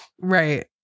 Right